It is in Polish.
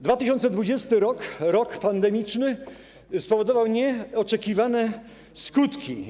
2020 r., rok pandemiczny, spowodował nieoczekiwane skutki.